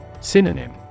Synonym